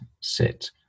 sit